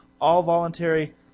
all-voluntary